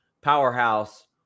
Powerhouse